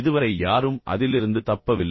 இதுவரை யாரும் அதிலிருந்து தப்பவில்லை